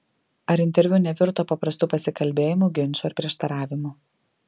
ar interviu nevirto paprastu pasikalbėjimu ginču ar prieštaravimu